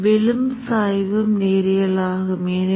நான் உங்களுக்கு இன்னும் ஒரு உதவிக்குறிப்பைத் தருகிறேன்